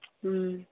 ᱦᱮᱸ